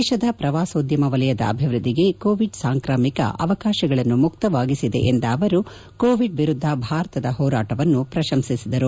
ದೇಶದ ಪ್ರವಾಸೋದ್ಯಮ ವಲಯದ ಅಭಿವೃದ್ದಿಗೆ ಕೋವಿಡ್ ಸಾಂಕ್ರಾಮಿಕ ಅವಕಾಶಗಳನ್ನು ಮುಕ್ತವಾಗಿಸಿದೆ ಎಂದ ಅವರು ಕೋವಿಡ್ ವಿರುದ್ಧ ಭಾರತದ ಹೋರಾಟವನ್ನು ಪ್ರಶಂಸಿದರು